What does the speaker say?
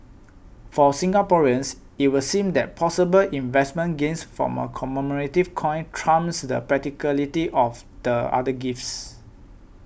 for Singaporeans it would seem that possible investment gains from a commemorative coin trumps the practicality of the other gifts